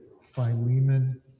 Philemon